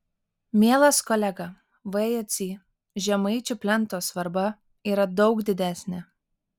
mielas kolega v jocy žemaičių plento svarba yra daug didesnė